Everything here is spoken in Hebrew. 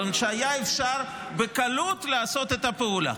היה אפשר בקלות לעשות את הפעולה,